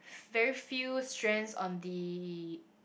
very few strands on the